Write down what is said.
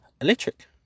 electric